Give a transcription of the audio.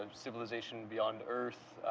civilization beyond earth,